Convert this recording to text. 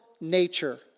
nature